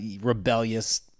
rebellious